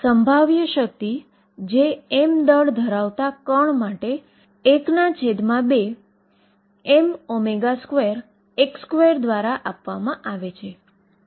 સમીકરણ માટેની અંતિમ પરીક્ષણ એ એક્સ્પરીમેન્ટ સાથેના પરિણામોની સાથે મળતી આવે છે